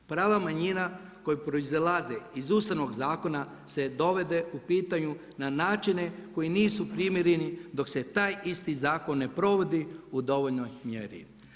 Prava manjina koja proizlaze iz Ustavnog zakona se dovodi u pitanje na načine koji nisu primjereni dok se taj isti zakon ne provodi u dovoljnoj mjeri.